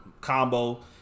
combo